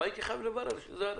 אבל הייתי חייב לומר שזה הרציונל.